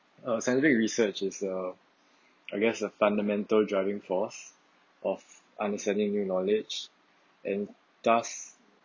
uh scientific research is uh I guess the fundamental driving force of understanding new knowledge and thus